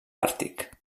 àrtic